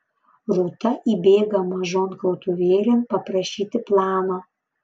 rūta įbėga mažon krautuvėlėn paprašyti plano